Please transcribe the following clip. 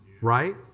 Right